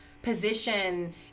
position